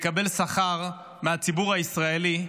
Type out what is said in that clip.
מקבל שכר מהציבור הישראלי,